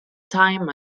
time